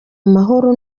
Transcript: amahoro